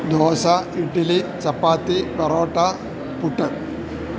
dosa idli chapati parotta puttu